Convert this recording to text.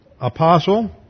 apostle